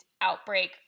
outbreak